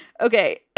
Okay